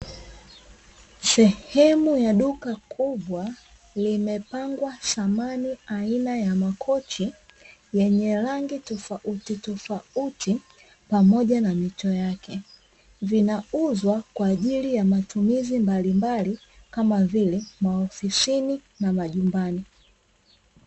Sehemu ya duka kubwa limepangwa samani aina ya makochi yenye rangi tofautitofauti pamoja na mito yake, vinauzwa kwa ajili ya matumizi mbalimbali kama vile maofisini na majumbani.